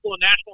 national